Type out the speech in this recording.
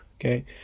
Okay